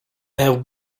have